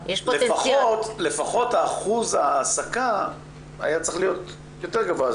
לפחות אחוז ההעסקה היה צריך להיות יותר גבוה.